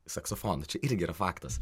saksofonu čia irgi yra faktas